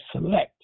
select